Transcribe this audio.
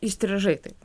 įstrižai taip